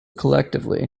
collectively